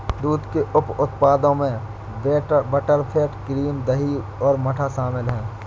दूध के उप उत्पादों में बटरफैट, क्रीम, दही और मट्ठा शामिल हैं